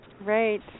Right